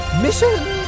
Mission